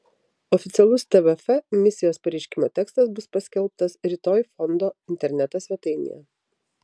oficialus tvf misijos pareiškimo tekstas bus paskelbtas rytoj fondo interneto svetainėje